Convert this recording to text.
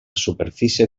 superfície